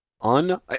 un